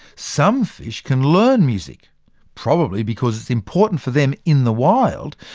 some fish can learn music probably because it's important for them, in the wild,